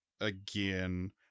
again